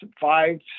five